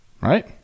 right